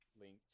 linked